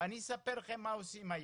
אני אספר לכם מה עושים היום,